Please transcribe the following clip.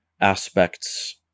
aspects